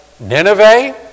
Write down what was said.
Nineveh